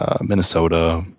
minnesota